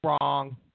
wrong